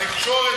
התקשורת,